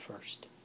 first